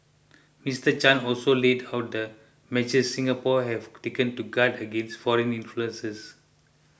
Mister Chan also laid out the measures Singapore have taken to guard against foreign influences